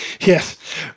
Yes